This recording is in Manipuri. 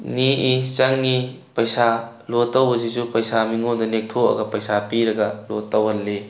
ꯅꯦꯛꯏ ꯆꯪꯉꯤ ꯄꯩꯁꯥ ꯂꯣꯠ ꯇꯧꯕꯁꯤꯁꯨ ꯄꯩꯁꯥ ꯃꯤꯉꯣꯟꯗ ꯅꯦꯛꯊꯣꯛꯑꯒ ꯄꯩꯁꯥ ꯄꯤꯔꯒ ꯂꯣꯠ ꯇꯧꯍꯜꯂꯤ